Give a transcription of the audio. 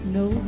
no